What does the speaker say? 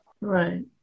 Right